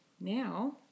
now